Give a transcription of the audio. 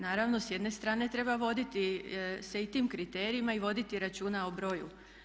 Naravno s jedne strane treba voditi se i tim kriterijima i voditi računa o broju.